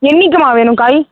என்றைக்கும்மா வேணும் காய்